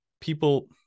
people